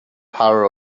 power